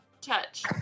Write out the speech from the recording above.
touch